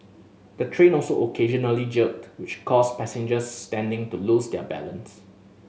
the train also occasionally jerked which caused passengers standing to lose their balance